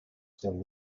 still